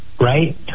right